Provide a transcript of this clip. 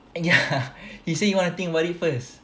and ya he say he want to think about it first